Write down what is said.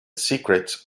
secrets